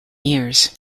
years